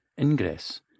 ingress